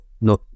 No